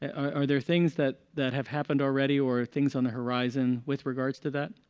ah are there things that that have happened already or things on the horizon with regards to that